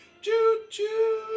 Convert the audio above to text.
Choo-choo